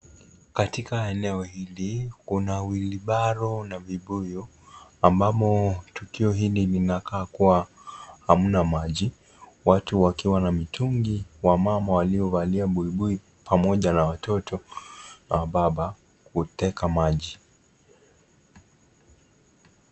Katika eneo hili kuna wheelbarrow na vibuyu ambamo tukio hili linakaa kuwa hamna maji watu wakiwana na mitungi wamama waliovalia buibui pamoja na watoto na wababa kuteka maji.